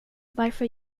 varför